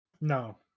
No